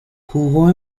jugó